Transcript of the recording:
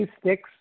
sticks